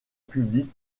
publique